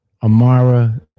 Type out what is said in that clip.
Amara